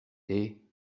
hey